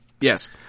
Yes